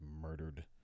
murdered